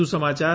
વધુ સમાચાર